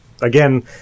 again